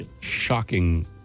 shocking